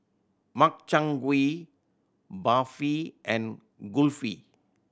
Makchang Gui Barfi and Kulfi